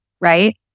right